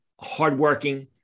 hardworking